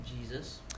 Jesus